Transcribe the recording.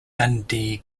dundee